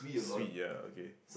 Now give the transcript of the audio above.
swee ah okay